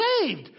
saved